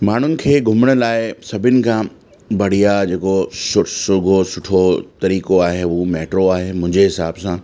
माण्हुनि खे घुमण लाइ सभिनि खां बढ़िया जेको सो सोघो सुठो तरीक़ो आहे उहो मैट्रो आहे मुंहिंजे हिसाब सां